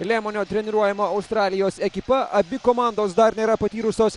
lemonio treniruojama australijos ekipa abi komandos dar nėra patyrusios